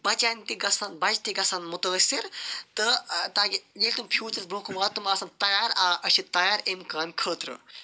بَچَن تہِ گَژھَن بَچہِ تہِ گَژھَن مُتٲثِر تہٕ تاکہِ ییٚلہِ تِم فیوٗچرَس برونٛہہ کُن واتَن تِم آسَن تیار آ أسۍ چھِ تیار اَمہِ کامہِ خٲطرٕ